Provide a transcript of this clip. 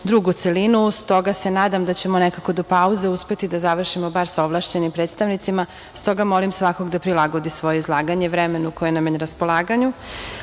drugu celinu, s toga se nadam da ćemo nekako do pauze uspeti da završimo, bar sa ovlašćenim predstavnicima. S toga molim svakoga da prilagodi svoje izlaganje vremenu koji nam je na raspolaganju. Saglasno